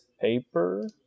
Paper